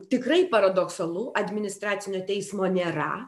tikrai paradoksalu administracinio teismo nėra